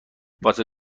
واسه